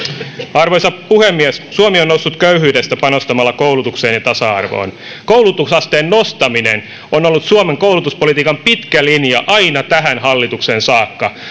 arvoisa puhemies suomi on noussut köyhyydestä panostamalla koulutukseen ja tasa arvoon koulutusasteen nostaminen on ollut suomen koulutuspolitiikan pitkä linja aina tähän hallitukseen saakka